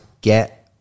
get